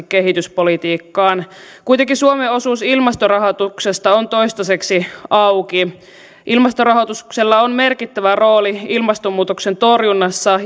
kehityspolitiikkaan kuitenkin suomen osuus ilmastorahoituksesta on toistaiseksi auki ilmastorahoituksella on merkittävä rooli ilmastonmuutoksen torjunnassa